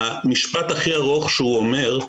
המשפט הכי ארוך שהוא אומר,